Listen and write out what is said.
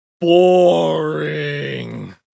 boring